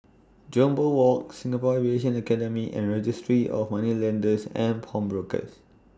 Jambol Walk Singapore Aviation Academy and Registry of Moneylenders and Pawnbrokers